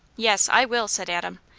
yes, i will, said adam.